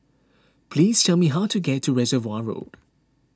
please tell me how to get to Reservoir Road